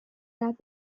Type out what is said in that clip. got